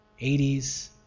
80s